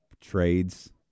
trades